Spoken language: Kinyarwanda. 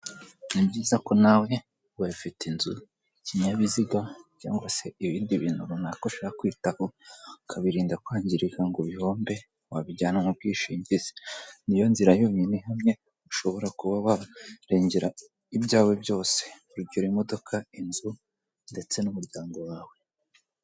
Ni byiza ko nawe waba ufite inzu, ikinyabiziga cyangwa se ibindi bintu runaka ushaka kwitaho ukabirinda kwangirika ngo bihombe, wabijyana mu bwishingizi ni yo nzira yonyine ihamye ushobora kuba warengera ibyawe byose urugero imodoka, inzu ndetse n'umuryango wawe.